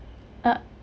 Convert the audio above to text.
uh